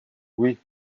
oui